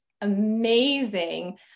amazing